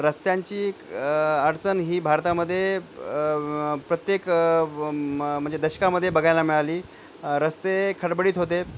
रस्त्यांची एक अडचण ही भारतामध्ये प्रत्येक म्हणजे दशकामध्ये बघायला मिळाली रस्ते खडबडीत होते